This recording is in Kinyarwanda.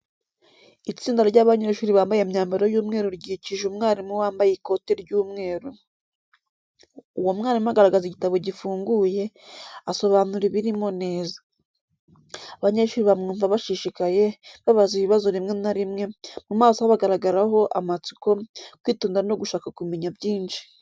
Itsinda ry’abanyeshuri bambaye imyambaro y’umweru ryikije umwarimu wambaye ikoti ry’umweru. Uwo mwarimu agaragaza igitabo gifunguye, asobanura ibirimo neza. Abanyeshuri bamwumva bashishikaye, babaza ibibazo rimwe na rimwe, mu maso habagaragaraho amatsiko, kwitonda no gushaka kumenya byinshi.